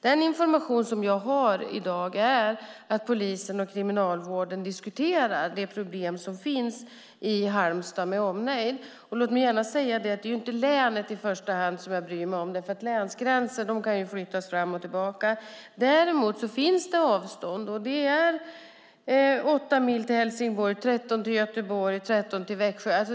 Den information som jag i dag har är att polisen och Kriminalvården diskuterar de problem som finns i Halmstad med omnejd. Låt mig säga att det inte är länet i första hand jag bryr mig om, för länsgränser kan flyttas fram och tillbaka. Däremot finns det avstånd. Det är åtta mil till Helsingborg och tretton till Göteborg och Växjö.